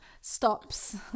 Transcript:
stops